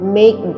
make